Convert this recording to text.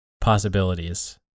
possibilities